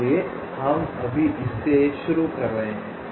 इसलिए हम अभी इसे शुरू कर रहे हैं